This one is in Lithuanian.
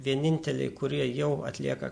vieninteliai kurie jau atlieka